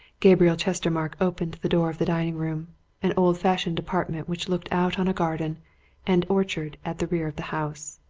gabriel chestermarke opened the door of the dining-room an old-fashioned apartment which looked out on a garden and orchard at the rear of the house.